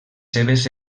seves